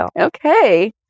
Okay